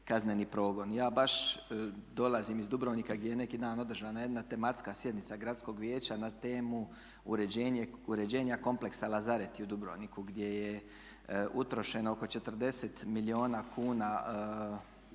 kazneni progon. Ja baš dolazim iz Dubrovnika gdje je neki dan održana jedna tematska sjednica gradskog vijeća na temu Uređenja kompleksa Lazareti u Dubrovniku gdje je utrošeno oko 40 milijuna kuna